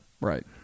Right